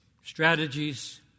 strategies